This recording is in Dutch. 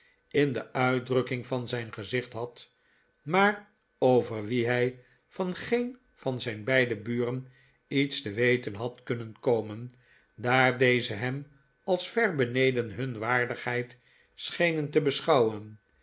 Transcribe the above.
in de uitdrukking van zijn gezicht had maar over wien hij van geen van zijn beide buren ietste weten had kunnen komen daar deze hem als ver beneden hun waardigheid schenen te beschouwen